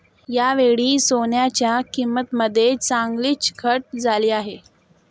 यावेळी सोन्याच्या किंमतीमध्ये चांगलीच घट झाली आहे